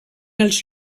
els